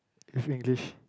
if English